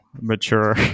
mature